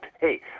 hey